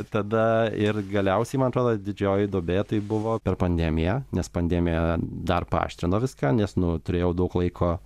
tada ir galiausiai man atrodo didžioji duobė tai buvo per pandemiją nes pandemija dar paaštrino viską nes nu turėjau daug laiko